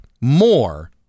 more